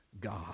God